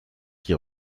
qui